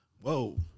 Whoa